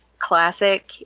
classic